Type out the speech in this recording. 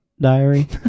diary